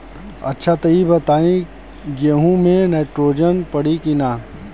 अच्छा त ई बताईं गेहूँ मे नाइट्रोजन पड़ी कि ना?